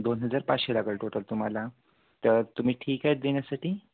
दोन हजार पाचशे लागेल टोटल तुम्हाला तर तुम्ही ठीक आहे देण्यासाठी